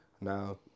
now